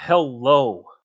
Hello